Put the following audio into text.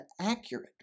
accurate